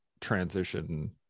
transition